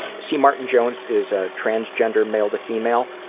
c. martin jones is ah transgender male to female,